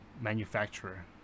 manufacturer